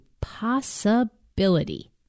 possibility